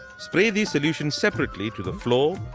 spray these solutions separately to the floor,